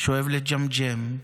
שאוהב לג'מג'ם,